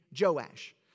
Joash